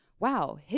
wow